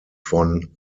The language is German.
von